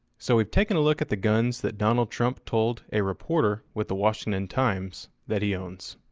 so we've taken a look at the guns that donald trump told a reporter with the washington times that he owns.